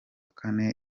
kane